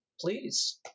please